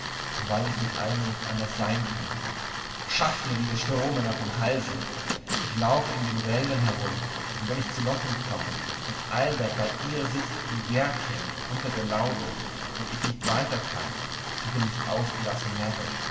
und weil es nun einmal nicht anders sein könnte schafft mir diese strohmänner vom halse ich laufe in den wäldern herum und wenn ich zu lotten komme und albert bei ihr sitzt im gärtchen unter der laube und ich nicht weiter kann so bin ich ausgelassen närrisch